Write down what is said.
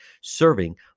serving